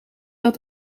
dat